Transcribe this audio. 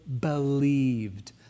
believed